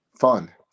fun